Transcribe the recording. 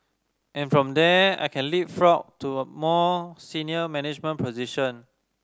and from there I can leapfrog to a more senior management position